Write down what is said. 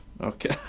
Okay